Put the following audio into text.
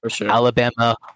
Alabama